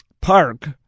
Park